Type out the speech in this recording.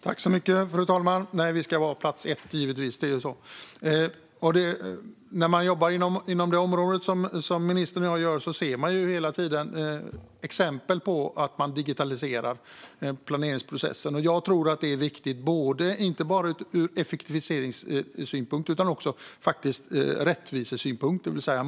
Fru talman! Vi ska givetvis vara på plats ett. När man jobbar inom det område som ministern och jag jobbar ser man hela tiden exempel på att planeringsprocessen digitaliseras. Jag tror att det är viktigt inte bara ur effektiviseringssynpunkt utan också ur rättvisesynpunkt.